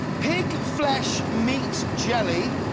pig flesh meat jelly,